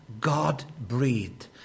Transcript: God-breathed